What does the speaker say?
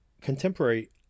contemporary